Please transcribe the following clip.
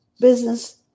business